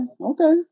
Okay